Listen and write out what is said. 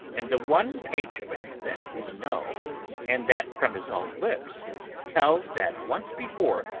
and the one page of it that we know and that from his own lips tells that once before,